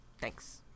Thanks